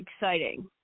exciting